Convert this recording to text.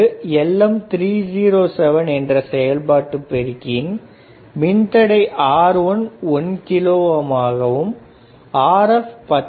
ஒரு LM307 என்ற செயல்பாட்டு பெருக்கியின் மின்தடை R11k Rf10k